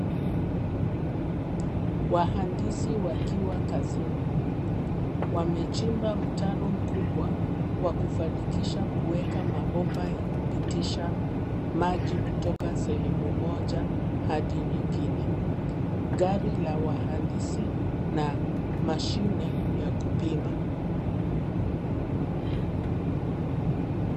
Wahandisi wakiwa kazini. Wamechimba mtaro mkubwa wa kufanikisha kuweka mabomba ya kupitisha maji kutoka sehemu moja hadi nyingine. Gari la wahandisi na mashine ya kupima.